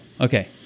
okay